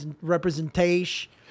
representation